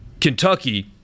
Kentucky